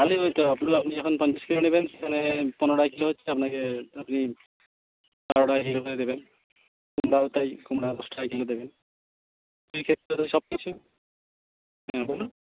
আলু ওই তো আপনি যখন পঞ্চাশ কিলো নেবেন সেখানে পনেরো কিলো হচ্ছে আপনাকে আপনি বারো টাকা কিলো করে দেবেন কুমড়াও তাই কুমড়া দশ টাকা কিলো দেবেন সব কিছু হ্যাঁ বলুন